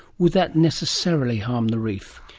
would that necessarily harm the reef?